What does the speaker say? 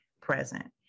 present